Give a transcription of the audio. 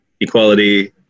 equality